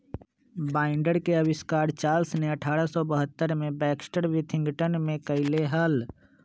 binder के आविष्कार Charles ने अठारह सौ बहत्तर में बैक्सटर विथिंगटन में कइले हल